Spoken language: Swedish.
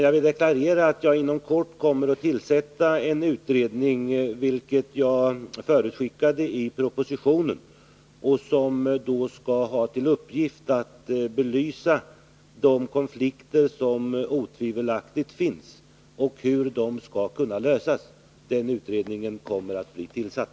Jag vill deklarera att jag inom kort, vilket jag förutskickade i propositionen, kommer att tillsätta en utredning, som skall ha till uppgift att belysa de konflikter som otvivelaktigt förekommer och ange hur de skall kunna lösas. Den utredningen kommer att bli tillsatt.